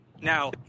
Now